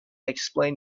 explained